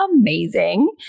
amazing